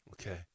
Okay